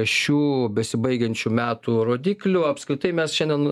šių besibaigiančių metų rodiklių apskritai mes šiandien